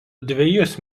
dvejus